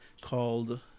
called